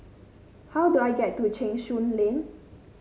how do I get to Cheng Soon Lane